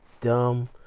dumb